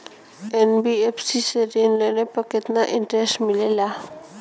NBFC से ऋण लेने पर केतना इंटरेस्ट मिलेला?